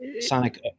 Sonic